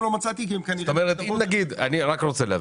אני רק רוצה להבין.